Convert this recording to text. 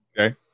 Okay